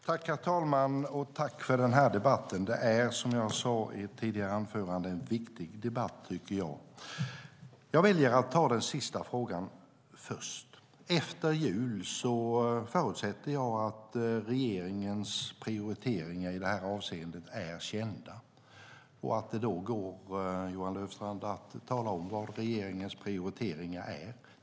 Herr talman! Tack för debatten! Det här är en viktig debatt. Jag väljer att besvara den sista frågan först. Efter jul förutsätter jag att regeringens prioriteringar i det avseendet är kända. Det ska då vara möjligt, Johan Löfstrand, att tala om vad regeringens prioriteringar är.